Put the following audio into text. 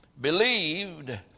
believed